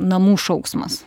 namų šauksmas